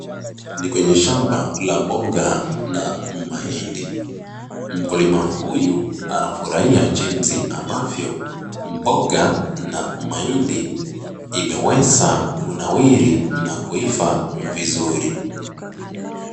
Ni kwenye shamba la mboga na mahindi. Mkulima huyu anafurahia jinsi ambavyo mboga na mahindi imeweza kunawiri na kuiva vizuri.